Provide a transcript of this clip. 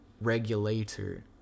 Regulator